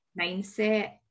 mindset